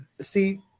See